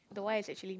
the why is actually